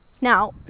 Now